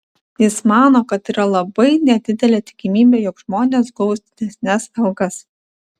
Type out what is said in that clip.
jis mano kad yra labai nedidelė tikimybė jog žmonės gaus didesnes algas